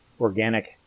organic